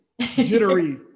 jittery